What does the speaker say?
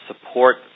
support